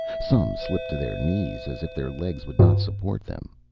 some slipped to their knees as if their legs would not support them.